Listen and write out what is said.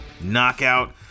knockout